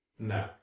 No